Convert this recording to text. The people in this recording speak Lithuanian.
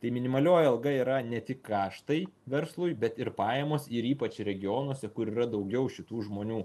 tai minimalioji alga yra ne tik kaštai verslui bet ir pajamos ir ypač regionuose kur yra daugiau šitų žmonių